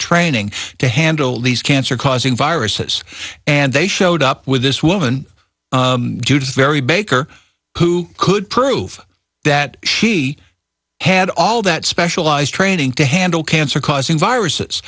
training to handle these cancer causing viruses and they showed up with this woman judyth vary baker who could prove that she had all that specialized training to handle cancer causing viruses